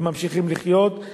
הם ממשיכים לחיות.